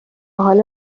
حالا